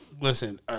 Listen